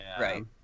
Right